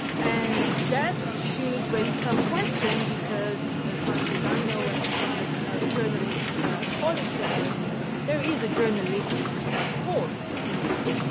and that should raise some questions because, as much as i know, and a couple of of journalist colleagues that are here, there is a journalistic corps in iran.